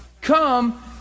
come